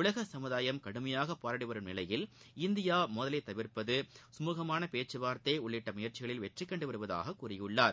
உலக சமுதாயம் கடுமையாக போராடி வரும் நிலையில் இந்தியா மோதலை தவிா்ப்பது குமூகமான பேச்சுவார்த்தை உள்ளிட்ட முயற்சிகளில் வெற்றிகண்டு வருவதாக கூறியுள்ளார்